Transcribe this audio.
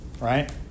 right